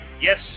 Yes